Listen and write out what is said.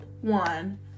one